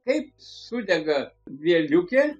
kaip sudega vieliukė